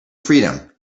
freedom